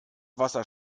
wasser